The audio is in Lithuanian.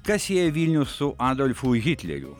kas jei vilnius su adolfu hitleriu